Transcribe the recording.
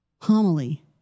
homily